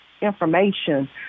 information